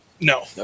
No